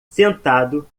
sentado